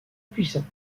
puissants